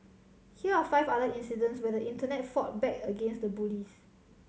here are five other incidents where the Internet fought back against the bullies